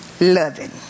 loving